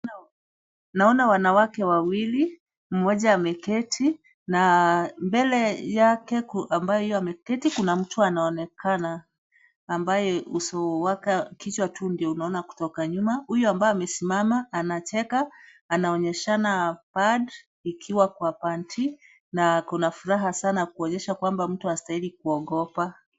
Naona wanawake wawili, mmoja ameketi, na mbele yake ambaye huyu ameketi kuna mtu anaonekana. Ambaye uso wake kichwa tu ndio unaona kutoka nyuma, huyu ambaye amesimama anacheka, anaonyeshana pad ikiwa kwa panty , na kuna furaha sana kuonyesha kwamba mtu astahili kuogopa.